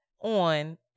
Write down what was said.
on